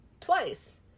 twice